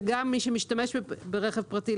וגם למי משתמש ברכב פרטי,